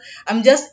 I'm just